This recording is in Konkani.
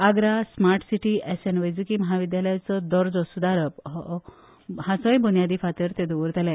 आग्रा स्मार्ट सिटी एसएन वैजकी म्हाविद्यालयाचो दर्जो सुदारप हाचो बुन्यादी फातर ते दवरतले